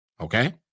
Okay